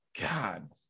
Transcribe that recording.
god